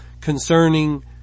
concerning